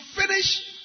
finish